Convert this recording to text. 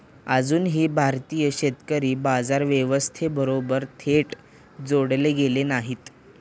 अजूनही भारतीय शेतकरी बाजार व्यवस्थेबरोबर थेट जोडले गेलेले नाहीत